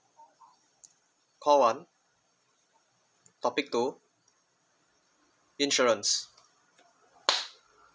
call one topic two insurance